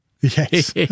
Yes